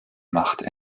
machte